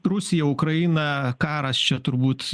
rusija ukraina karas čia turbūt